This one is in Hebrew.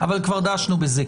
אבל כבר דשנו בזה.